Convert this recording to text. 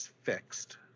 fixed